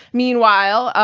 meanwhile,